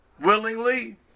willingly